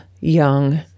young